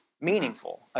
meaningful